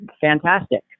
fantastic